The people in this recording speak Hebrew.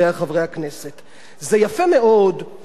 זה יפה מאוד שיש בתל-אביב מצעד גאווה,